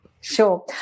sure